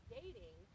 dating